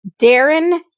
Darren